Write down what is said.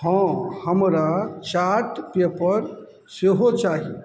हँ हमरा chart paper सेहो चाही